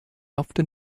often